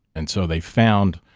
and so they found,